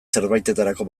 zerbaitetarako